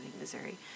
Missouri